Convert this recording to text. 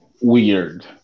weird